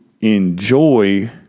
enjoy